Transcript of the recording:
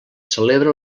celebra